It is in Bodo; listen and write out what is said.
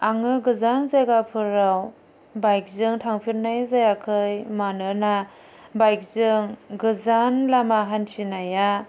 आङो गोजान जायगाफोराव बाइकजों थांफेदनाय जायाखै मानोना बाइकजों गोजान लामा हान्थिनाया